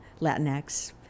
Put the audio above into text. Latinx